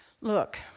Look